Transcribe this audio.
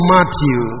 Matthew